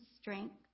strength